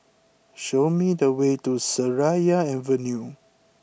show me the way to Seraya Avenue